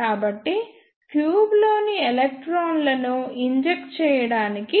కాబట్టి ట్యూబ్లోని ఎలక్ట్రాన్లను ఇంజెక్ట్ చేయడానికి